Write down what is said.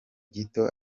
gito